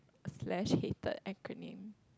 slash hated acronym